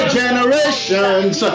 generations